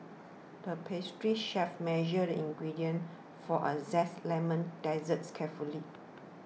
the pastry chef measured the ingredients for a Zesty Lemon Dessert carefully